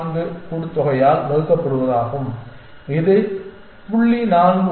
14 கூட்டுத்தொகையால் வகுக்கப்படுவது ஆகும் இது 0